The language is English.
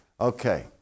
Okay